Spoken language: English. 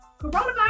coronavirus